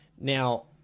now